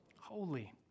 Holy